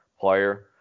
player